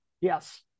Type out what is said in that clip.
Yes